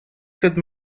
cette